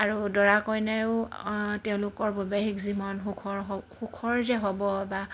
আৰু দৰা কইনায়ো তেওঁলোকৰ বৈবাহিক জীৱন সুখৰ হওক সুখৰ যে হ'ব বা